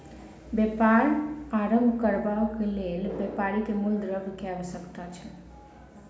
व्यापार आरम्भ करबाक लेल व्यापारी के मूल द्रव्य के आवश्यकता छल